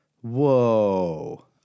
Whoa